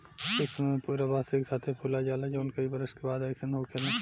ए समय में पूरा बांस एक साथे फुला जाला जवन कई बरस के बाद अईसन होखेला